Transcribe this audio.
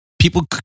people